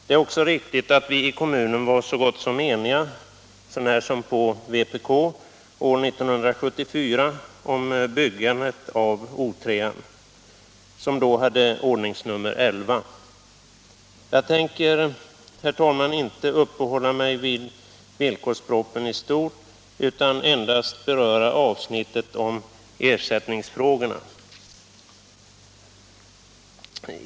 Det är också riktigt att vi i kommunen år 1974 var eniga, så när som på vpk, om byggandet av O 3, som då hade ordningsnummer 11. Jag tänker inte, herr talman, uppehålla mig vid villkorspropositionen i stort, utan endast beröra avsnittet om ersättningsfrågorna.